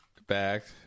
...back